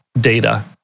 data